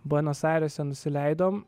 buenos airėse nusileidom